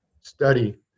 study